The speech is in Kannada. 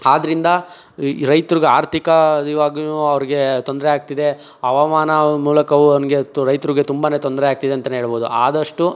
ಆದ್ರಿಂದ ಈ ರೈತ್ರಿಗೆ ಆರ್ಥಿಕ ಇವಾಗಲು ಅವ್ರಿಗೆ ತೊಂದರೆ ಆಗ್ತಿದೆ ಹವಾಮಾನ ಮೂಲಕವು ಅವ್ನಿಗೆ ತು ರೈತ್ರಿಗೆ ತುಂಬನೇ ತೊಂದರೆ ಆಗ್ತಿದೆ ಅಂತೆಯೇ ಹೇಳ್ಬೋದು ಆದಷ್ಟು